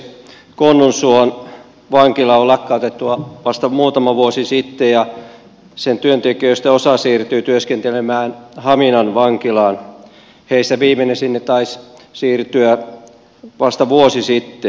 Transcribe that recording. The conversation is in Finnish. konnunsuon vankila on lakkautettu vasta muutama vuosi sitten ja sen työntekijöistä osa siirtyi työskentelemään haminan vankilaan heistä viimeinen taisi siirtyä sinne vasta vuosi sitten